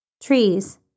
Trees